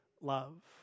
love